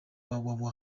www